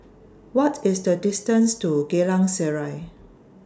What IS The distance to Geylang Serai